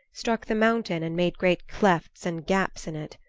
struck the mountain and made great clefts and gaps in it.